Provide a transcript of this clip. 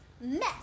mess